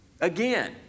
again